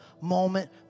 moment